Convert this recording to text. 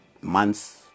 months